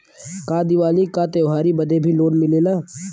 का दिवाली का त्योहारी बदे भी लोन मिलेला?